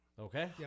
Okay